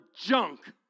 junk